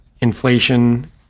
inflation